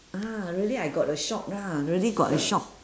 ah really I got a shock lah really got a shock